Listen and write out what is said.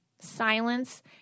Silence